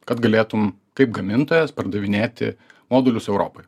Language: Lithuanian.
kad galėtum kaip gamintojas pardavinėti modulius europoj